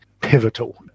pivotal